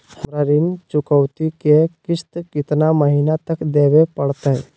हमरा ऋण चुकौती के किस्त कितना महीना तक देवे पड़तई?